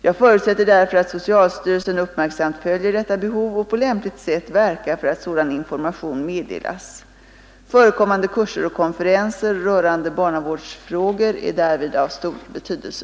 Jag förutsätter därför att socialstyrelsen uppmärksamt följer detta behov och på lämpligt sätt verkar för att sådan information meddelas. Förekommande kurser och konferenser rörande barnavårdsfrågor är därvid av stor betydelse.